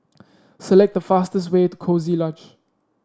select the fastest way to Coziee Lodge